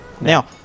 Now